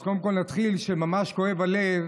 אז קודם כול, נתחיל שממש כואב הלב